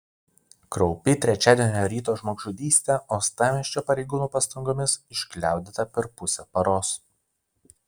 kraupi trečiadienio ryto žmogžudystė uostamiesčio pareigūnų pastangomis išgliaudyta per pusę paros